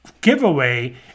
giveaway